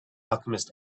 alchemist